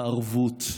הערבות,